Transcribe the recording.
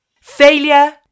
Failure